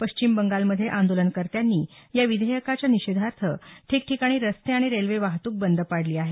पश्चिम बंगालमध्ये आंदोलनकर्त्यांनी या विधेयकाच्या निषेधार्थ ठिकठिकाणी रस्ते आणि रेल्वे वाहतूक बंद पाडली आहे